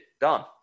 Done